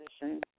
position